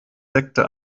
sekte